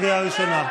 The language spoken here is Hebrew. קריאה ראשונה.